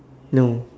no